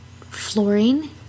fluorine